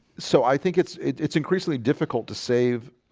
so i think it's it's increasingly difficult to save